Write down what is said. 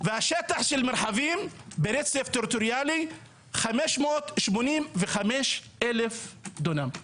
והשטח של מרחבים ברצף טריטוריאלי 585,000 דונם.